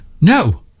No